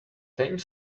tame